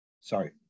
sorry